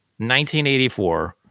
1984